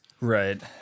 right